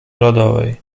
rodowej